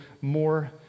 more